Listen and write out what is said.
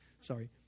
sorry